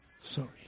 Sorry